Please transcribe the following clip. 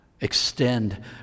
extend